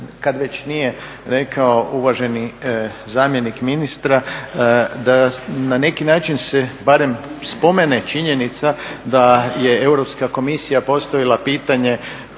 kad već nije rekao uvaženi zamjenik ministra da na neki način se barem spomene činjenica da je Europska komisija postavila pitanje